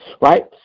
Right